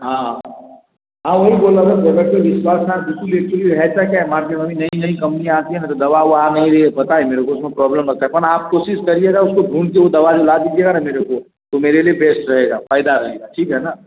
हाँ हाँ वही बोल रहा था पहले तो विश्वास ना बिल्कुल एक्चुली है कैसे मार्केट में नई नई कंपनियाँ आती है ना तो दवा उवा आ नहीं रही है पता है मेरे को उस में प्रोब्लम रहता है पर आप कोशिश करिएगा उसको ढूँढते हुए दवा ये ला दीजिएगा ना मेरे को तो मेरे लिए बेस्ट रहेगा फ़ायदा रहेगा ठीक है ना